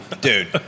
Dude